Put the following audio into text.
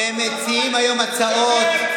על איזה כוכב אתה,